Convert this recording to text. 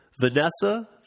Vanessa